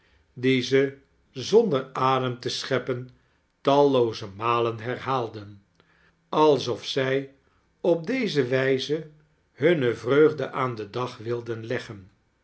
die ze zonder adem te scheppen tallooze malenherhaalden alsof zij op deze wijze hunne vreugde aan den dag wildem leggen